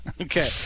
Okay